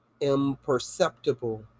imperceptible